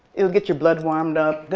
it'll get your blood warmed up,